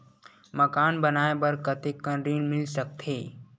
मकान बनाये बर कतेकन ऋण मिल सकथे?